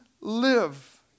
live